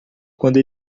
quando